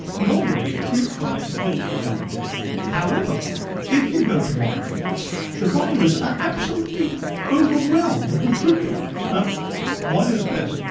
normally fruit flies are killed by alcohol however if you go to wineries the wineries are absolutely overwhelmed with fruit flies. now why is this?